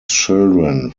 children